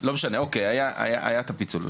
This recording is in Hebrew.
אוקיי לא משנה היה את הפיצול.